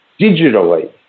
digitally